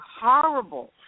horrible